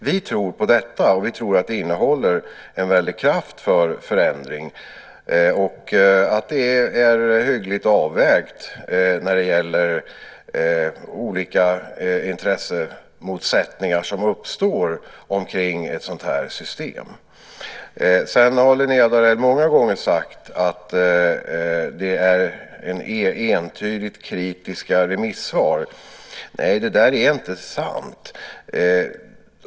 Vi tror på detta, och vi tror att det innehåller en väldig kraft för förändring. Det är hyggligt avvägt när det gäller olika intressemotsättningar som uppstår omkring ett sådant här system. Linnéa Darell har många gånger sagt att remissvaren är entydigt kritiska. Nej, det är inte sant!